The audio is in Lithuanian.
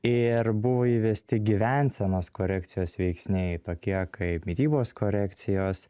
ir buvo įvesti gyvensenos korekcijos veiksniai tokie kaip mitybos korekcijos